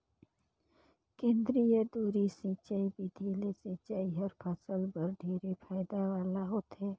केंद्रीय धुरी सिंचई बिधि ले सिंचई हर फसल बर ढेरे फायदा वाला होथे